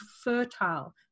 fertile